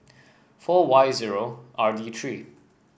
four Y zero R D three